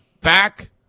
back